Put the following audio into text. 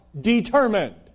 determined